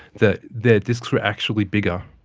that their discs were actually bigger.